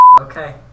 Okay